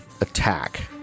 attack